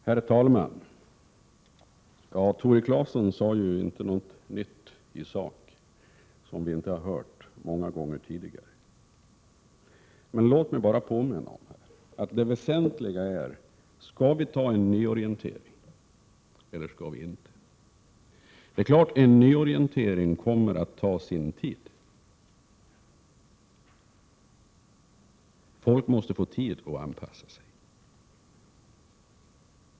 Herr talman! Tore Claeson sade inte något nytt i sak utan bara sådant som vi hört många gånger tidigare. Låt mig bara påminna om att den väsentliga frågan är: Skall vi ha en nyorientering eller skall vi inte? Det är klart att en nyorientering kommer att ta sin tid. Folk måste få tid att anpassa sig.